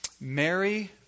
Mary